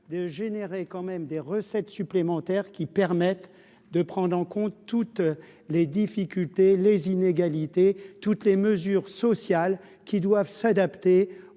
de générer quand même des recettes supplémentaires qui permettent de prendre en compte toutes les difficultés, les inégalités, toutes les mesures sociales qui doivent s'adapter